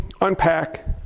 unpack